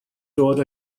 dod